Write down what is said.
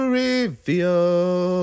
reveal